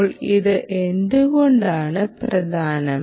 ഇപ്പോൾ ഇത് എന്തുകൊണ്ടാണ് പ്രധാനം